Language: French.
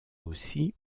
aussi